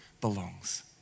belongs